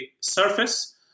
surface